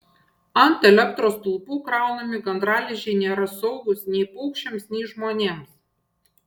ant elektros stulpų kraunami gandralizdžiai nėra saugūs nei paukščiams nei žmonėms